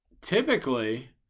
Typically